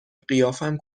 قیافم